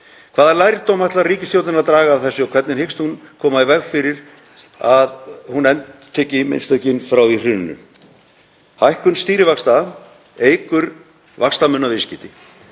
Hvaða lærdóm ætlar ríkisstjórnin að draga af þessu og hvernig hyggst hún koma í veg fyrir að hún endurtaki mistökin frá því í hruninu? 4. Hækkun stýrivaxta eykur vaxtamunarviðskipti.